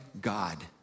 God